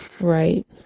Right